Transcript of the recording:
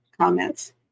comments